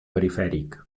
perifèric